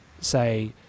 say